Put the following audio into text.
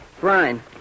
brian